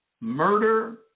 murder